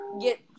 get